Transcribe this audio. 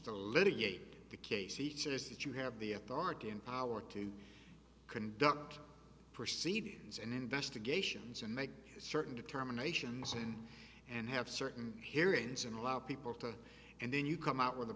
litigate the case he says that you have the authority and power to conduct proceedings and investigations and make certain determinations and and have certain hearings and allow people to and then you come out w